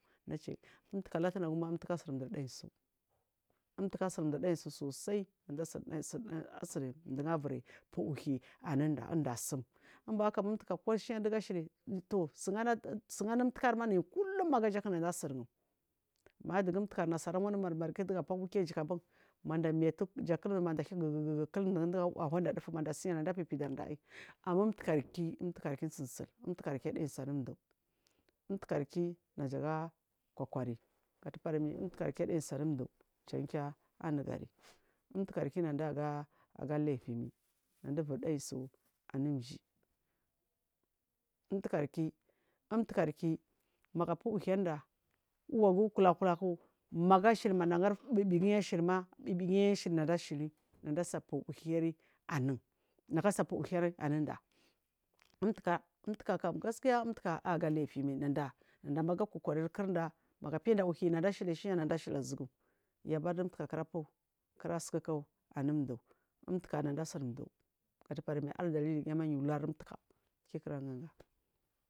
Nachi umyuka latu nagum ma umtuka asunsu ndur nasu, umtuka asuni mdu sosai mdugu wuri nayi pu uhuwi anuda dunda asum umbahaba kashina dugu ashili sugu anama, umtuka kullum agaja nada asunugu maja umtukari nasara ndumur apu akwa kijiku ma miatie kuk manda ahiya gugugu kulmdugu anadasu dugu nada apipidar da ama umyukarki umyukari ki tsusil umtukarki anyi su anumdu, umtukari najaga kokari gadubarni umtukariki anayi su anumdi janfu anugari umtukariki nada aga laifimai nada wiri nalsu anumji umtukarku umtukarki magu apu uhuwi anuda, uwagu kula kudagu magu ashili manda gari bibiguyi ashiliku ma bibigayi ashili nada ashili nada asa upu uhuwiri anu nagu asapu uhuwi anu da umtuka umtuka kam gaskiya umtuka anyi aga laifimai nada ma aga kokari anu kurda magu apiya da uhuwi ashina anda ashili azugu, yabari du umtuka akura pu kura sukuku anu mdu umtuka nada asuni asuni mdu gadubari me a dalili giyama yu wariri umtuka giya kura ganga.